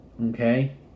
Okay